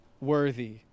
worthy